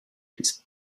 piece